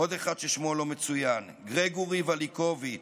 עוד אחד ששמו לא מצוין, גריגורי וליקוביץ,